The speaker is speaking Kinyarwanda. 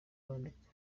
bandika